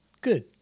Good